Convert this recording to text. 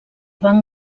van